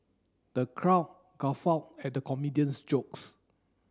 the crowd guffawed at the comedian's jokes